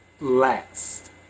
last